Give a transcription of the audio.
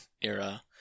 era